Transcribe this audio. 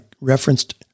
referenced